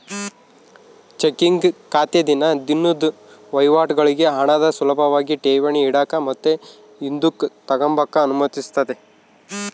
checking ಖಾತೆ ದಿನ ದಿನುದ್ ವಹಿವಾಟುಗುಳ್ಗೆ ಹಣಾನ ಸುಲುಭಾಗಿ ಠೇವಣಿ ಇಡಾಕ ಮತ್ತೆ ಹಿಂದುಕ್ ತಗಂಬಕ ಅನುಮತಿಸ್ತತೆ